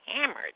hammered